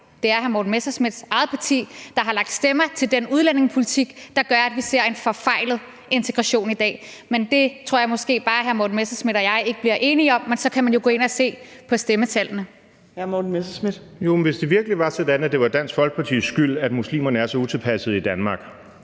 Det er hr. Morten Messerschmidts eget parti, der har lagt stemmer til den udlændingepolitik, der gør, at vi ser en forfejlet integration i dag. Men det tror jeg måske bare ikke hr. Morten Messerschmidt og jeg bliver enige om, men så kan man jo gå ind og se på stemmetallene. Kl. 15:36 Fjerde næstformand (Trine Torp): Hr. Morten Messerschmidt. Kl. 15:36 Morten Messerschmidt (DF): Hvis det virkelig var sådan, at det var Dansk Folkepartis skyld, at muslimerne er så utilpassede i Danmark,